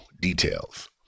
details